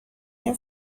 این